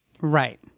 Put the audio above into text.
Right